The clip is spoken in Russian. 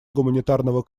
гуманитарного